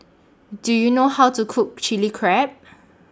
Do YOU know How to Cook Chilli Crab